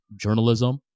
journalism